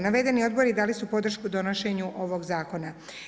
Navedeni odbori dali su podršku donošenju ovog zakona.